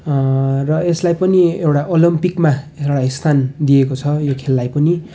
र यसलाई पनि एउटा ओलम्पिकमा एउटा स्थान दिएको छ यो खेललाई पनि